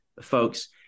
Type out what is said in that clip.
folks